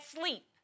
sleep